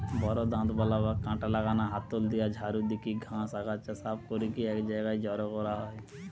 বড় দাঁতবালা বা কাঁটা লাগানা হাতল দিয়া ঝাড়ু দিকি ঘাস, আগাছা সাফ করিকি এক জায়গায় জড়ো করা হয়